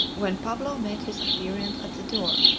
when pablo made his appearance at the door.